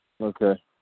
Okay